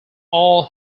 all